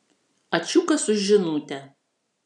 ačiukas už žinutę